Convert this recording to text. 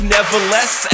Nevertheless